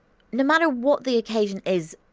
no matter what the occasion is,